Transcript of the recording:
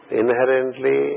inherently